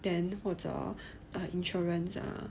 then 或者 insurance ah